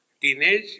teenage